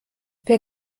wer